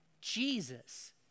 Jesus